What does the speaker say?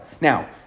Now